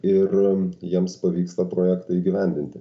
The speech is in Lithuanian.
ir jiems pavyks tą projektą įgyvendinti